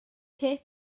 kate